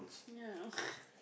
ya